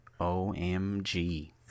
OMG